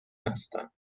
هستند